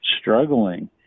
struggling